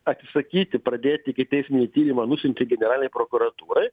atsisakyti pradėti ikiteisminį tyrimą nusiuntė generalinei prokuratūrai